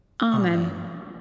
Amen